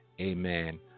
Amen